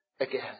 again